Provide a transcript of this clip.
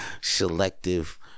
Selective